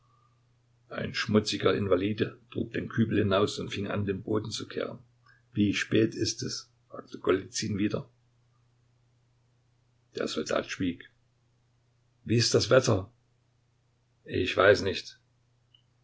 ein schmutziger invalide trug den kübel hinaus und fing an den boden zu kehren wie spät ist es fragte golizyn wieder der soldat schwieg wie ist das wetter ich weiß nicht